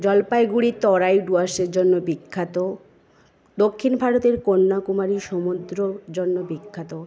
জলপাইগুড়ির তরাই ডুয়ার্সের জন্য বিখ্যাত দক্ষিণ ভারতের কন্যাকুমারী সমুদ্রের জন্য বিখ্যাত